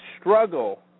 struggle